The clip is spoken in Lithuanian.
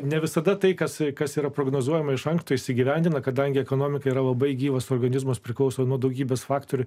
ne visada tai kas kas yra prognozuojama iš anksto įsigyvendina kadangi ekonomika yra labai gyvas organizmas priklauso nuo daugybės faktorių